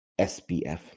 SBF